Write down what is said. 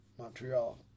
Montreal